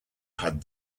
had